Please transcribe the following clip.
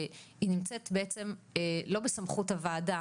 שהיא נמצאת בעצם לא בסמכות הוועדה,